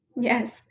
Yes